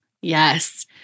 Yes